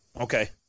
Okay